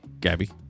Gabby